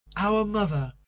our mother,